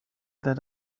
that